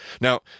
Now